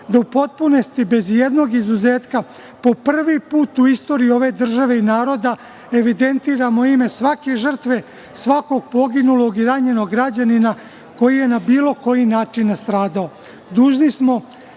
da u potpunosti, bez ijednog izuzetka po prvi put u istoriji ove države i ovog naroda evidentiramo ime svake žrtve, svakog poginulog i ranjenog građanina koji je na bilo koji način nastradao.